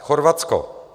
Chorvatsko.